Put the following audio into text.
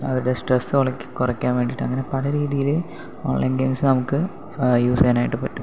അവരുടെ സ്ട്രെസ് കുറയ്ക്കാൻ വേണ്ടിയിട്ട് അങ്ങനെ പലരീതിയില് ഓൺലൈൻ ഗെയിംസ് നമുക്ക് യൂസ് ചെയ്യാനായിട്ട് പറ്റും